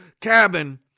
cabin